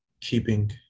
keeping